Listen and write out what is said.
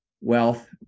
wealth